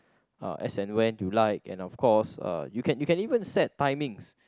uh as I went to like and of course uh you can you can even set timings